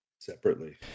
separately